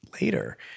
later